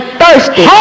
thirsty